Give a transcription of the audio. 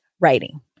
writing